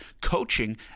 coaching